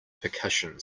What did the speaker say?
percussion